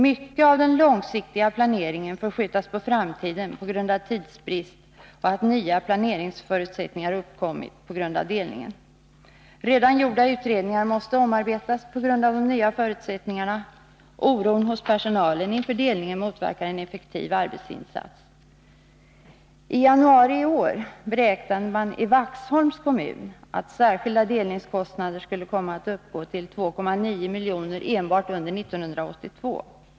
Mycket av den långsiktiga planeringen får skjutas på framtiden på grund av tidsbrist och att nya planeringsförutsättningar uppkommit till följd av delningen. Redan gjorda utredningar måste omarbetas på grund av de nya förutsättningarna. Oron hos personalen inför delningen motverkar en effektiv arbetsinsats. I januari i år beräknade man i Vaxholms kommun att särskilda delningskostnader skulle komma att uppgå till 2,9 milj.kr. enbart under 1982.